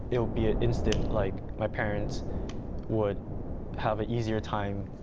it will be ah instant like my parents would have an easier time